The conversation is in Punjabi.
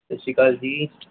ਸਤਿ ਸ਼੍ਰੀ ਅਕਾਲ ਜੀ